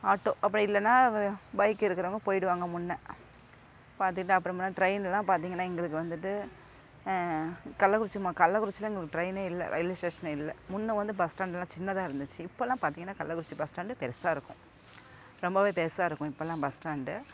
auto அப்படி இல்லைனா bike இருக்கிறவங்க போய்விடுவாங்க முன்னே பார்த்துக்கிட்டு அப்புறமா ட்ரெயினெலாம் பார்த்தீங்கன்னா எங்களுக்கு வந்துவிட்டு கள்ளக்குறிச்சி ம கள்ளக்குறிச்சியில் எங்களுக்கு ட்ரெயினே இல்லை ரயில்வே ஸ்டேஷனே இல்லை முன்னே வந்து பஸ் ஸ்டாண்ட்டெல்லாம் சின்னதாக இருந்துச்சு இப்பெலாம் வந்து பார்த்தீங்கன்னா கள்ளக்குறிச்சி பஸ் ஸ்டாண்டு பெருசாக இருக்கும் ரொம்பவே பெருசாக இருக்கும் இப்பெலாம் பஸ் ஸ்டாண்டு